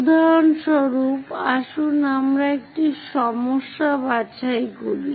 উদাহরণস্বরূপ আসুন আমরা একটি সমস্যা বাছাই করি